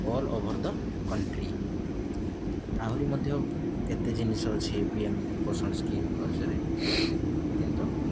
all over the country ଆହୁରି ମଧ୍ୟ କେତେ ଜିନିଷ ଅଛି ପି ଏମ୍ ପୋଷଣ ସ୍କିମ୍ ବକ୍ସରେ କିନ୍ତୁ